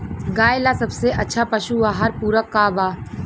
गाय ला सबसे अच्छा पशु आहार पूरक का बा?